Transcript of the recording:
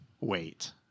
wait